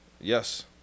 Yes